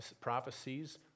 prophecies